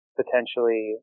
potentially